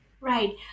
Right